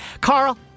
Carl